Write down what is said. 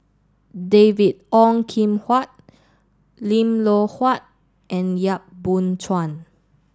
David Ong Kim Huat Lim Loh Huat and Yap Boon Chuan